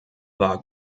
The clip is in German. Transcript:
war